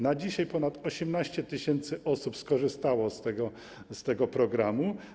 Na dzisiaj ponad 18 tys. osób skorzystało z tego programu.